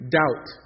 doubt